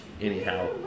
anyhow